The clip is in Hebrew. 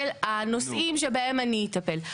של הנושאים שבהם אני אטפל.